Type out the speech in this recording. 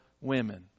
women